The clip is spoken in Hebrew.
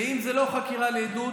ואם זאת לא חקירה לעדות,